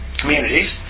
communities